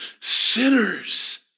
sinners